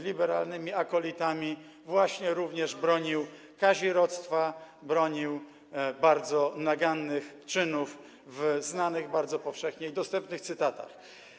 liberalnymi akolitami właśnie również bronił kazirodztwa, bronił bardzo nagannych czynów w znanych bardzo powszechnie i dostępnych cytatach.